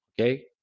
Okay